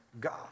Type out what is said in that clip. God